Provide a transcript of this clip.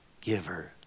giver